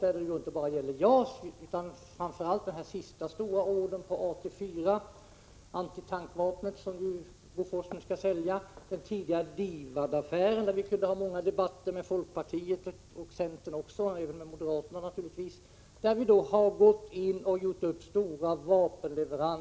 Jag avser då inte bara JAS utan framför allt den senaste stora ordern på antitankvapnet Robot 84, som Bofors nu skall sälja, liksom den tidigare DIVAD-affären, där vi skulle kunna ha många debatter med folkpartiet och centern och givetvis också moderaterna.